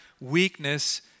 weakness